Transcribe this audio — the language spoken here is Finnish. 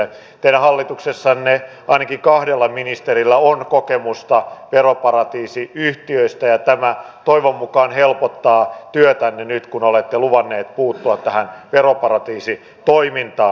teidän hallituksessanne ainakin kahdella ministerillä on kokemusta veroparatiisiyhtiöistä ja tämä toivon mukaan helpottaa työtänne nyt kun olette luvanneet puuttua tähän veroparatiisitoimintaan